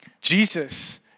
Jesus